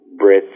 Brits